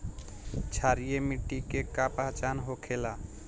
क्षारीय मिट्टी के का पहचान होखेला?